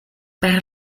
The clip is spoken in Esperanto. per